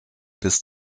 bis